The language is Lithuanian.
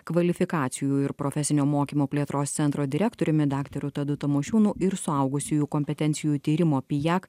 kvalifikacijų ir profesinio mokymo plėtros centro direktoriumi daktaru tadu tamošiūnu ir suaugusiųjų kompetencijų tyrimo pijak